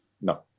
No